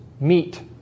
Meet